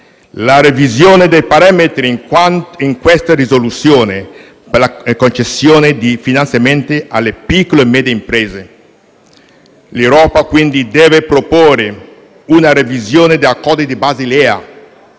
la revisione dei parametri per la concessione di finanziamenti alle piccole medie imprese. L'Europa, quindi, deve proporre una revisione degli accordi di Basilea